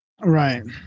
Right